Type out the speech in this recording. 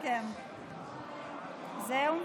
זהו?